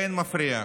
באין מפריע.